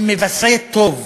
הן מבשרות טוב,